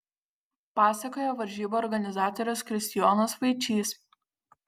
pasakoja varžybų organizatorius kristijonas vaičys